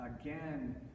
again